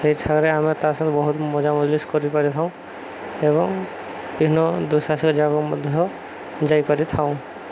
ଏଠାରେ ଆମେ ତା' ସାଙ୍ଗେ ବହୁତ ମଉଜମଜଲିସ୍ କରିପାରିଥାଉଁ ଏବଂ ବିଭିନ୍ନ ଦୁଃସାହସିକ ଯାଗା ମଧ୍ୟ ଯାଇପାରିଥାଉଁ